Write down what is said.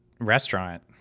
restaurant